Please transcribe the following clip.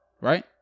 right